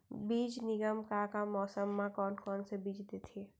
बीज निगम का का मौसम मा, कौन कौन से बीज देथे?